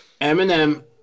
Eminem